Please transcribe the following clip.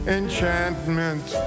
enchantment